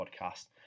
podcast